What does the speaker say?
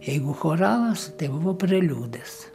jeigu choralas tai buvo preliudas